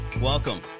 Welcome